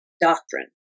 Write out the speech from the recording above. doctrine